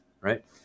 right